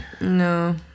No